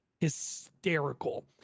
hysterical